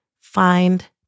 find